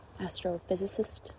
astrophysicist